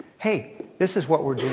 hey, this is what we're doing.